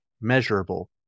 measurable